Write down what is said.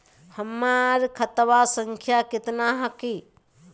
हमर खतवा संख्या केतना हखिन?